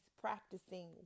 practicing